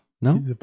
No